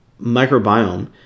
microbiome